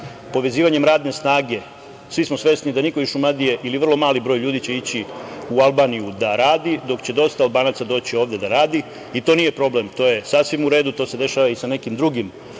povezivanjem radne snage, svi smo svesni da niko iz Šumadije ili vrlo mali broj ljudi će ići u Albaniju da radi, dok će dosta Albanaca doći ovde da radi i to nije problem, to je sasvim uredu, to se dešava i sa nekim drugim